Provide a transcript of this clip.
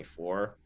24